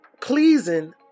pleasing